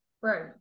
right